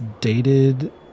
dated